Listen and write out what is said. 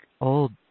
old